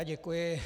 Děkuji.